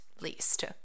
least